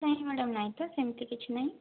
କାହିଁକି ମାଡ଼ାମ ନାଇଁ ତ ସେମିତି କିଛି ନାହିଁ